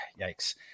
yikes